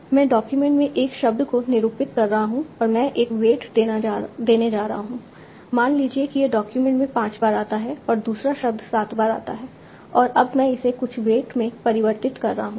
मैं डॉक्यूमेंट में एक शब्द को निरूपित कर रहा हूं और मैं एक वेट देने जा रहा हूं मान लीजिए कि यह डॉक्यूमेंट में 5 बार आता है और दूसरा शब्द सात बार आता है और अब मैं इसे कुछ वेट में परिवर्तित कर रहा हूं